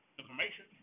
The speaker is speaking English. information